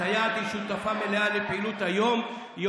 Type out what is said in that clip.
הסייעת היא שותפה מלאה בפעילות היום-יומית,